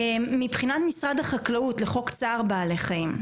מבחינת משרד החקלאות לחוק צער בעלי חיים,